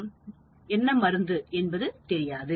அல்லது சோதனை மருந்தா என்று தெரியாது